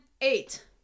eight